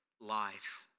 life